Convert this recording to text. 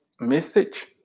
message